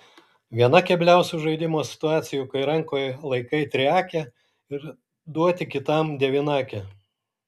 viena kebliausių žaidimo situacijų kai rankoje laikai triakę ir duoti kitam devynakę